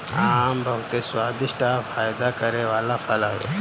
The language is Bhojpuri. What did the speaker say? आम बहुते स्वादिष्ठ आ फायदा करे वाला फल हवे